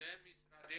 למשרדי